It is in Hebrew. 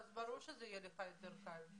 אז ברור שזה יהיה לך יותר קל...